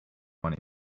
one